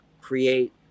create